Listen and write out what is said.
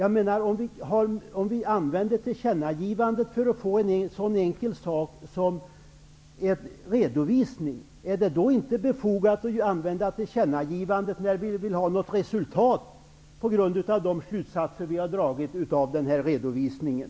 Om vi använder tillkännagivandet för en så enkel sak som att begära en redovisning, är det då inte befogat att använda tillkännagivandet när vi vill ha något resultat på grundval av de slutsatser vi har dragit av den redovisningen?